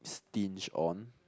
stinge on